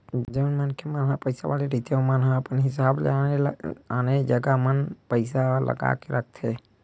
जउन मनखे मन पइसा वाले रहिथे ओमन ह अपन हिसाब ले आने आने जगा मन म पइसा लगा के रखथे